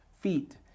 feet